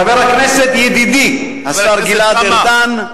חבר הכנסת, ידידי השר גלעד ארדן,